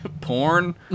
porn